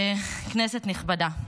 כנסת נכבדה,